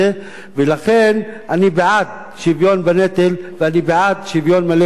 ולכן אני בעד שוויון בנטל ואני בעד שוויון מלא בזכויות.